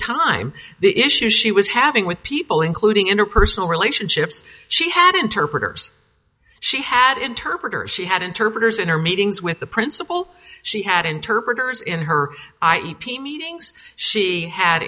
time the issue she was having with people including interpersonal relationships she had interpreters she had interpreters she had interpreters in her meetings with the principal she had interpreters in her